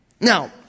Now